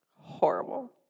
horrible